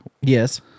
Yes